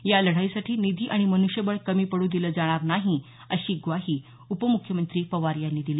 या लढाईसाठी निधी आणि मनुष्यबळ कमी पड्र दिलं जाणार नाही अशी ग्वाही उपमुख्यमंत्री पवार यांनी दिली